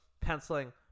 penciling